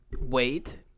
Wait